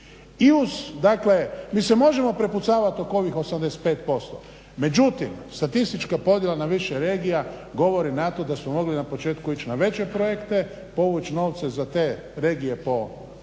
I uz dakle mi se možemo prepucavati oko ovih 85% međutim statistička podjela na više regija govori na to da smo mogli na početku ići na veće projekte, povuć novce za te regije po